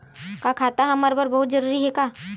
का खाता हमर बर बहुत जरूरी हे का?